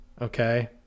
Okay